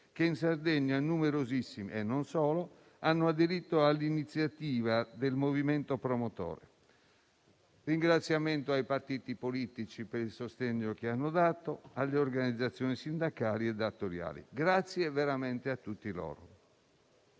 in Sardegna - e non solo - hanno aderito all'iniziativa del movimento promotore. Un ringraziamento è rivolto anche ai partiti politici per il sostegno che hanno dato alle organizzazioni sindacali e datoriali. Grazie veramente a tutti loro.